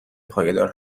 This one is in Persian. پایدار